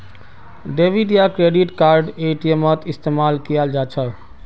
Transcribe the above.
debit या credit card एटीएमत इस्तेमाल कियाल जा छ